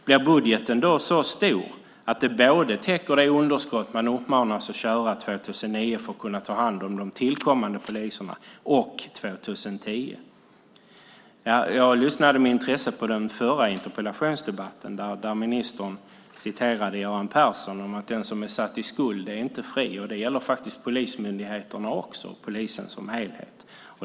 Blir budgeten då så stor att det både täcker det underskott som man uppmanas att ha 2009 för att ta hand om de tillkommande poliserna och kostnaden för 2010? Jag lyssnade med intresse på den förra interpellationsdebatten. Där citerade ministern vad Göran Persson sade om att den som är satt i skuld inte är fri. Det gäller också polismyndigheterna och polisen som helhet.